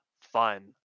fun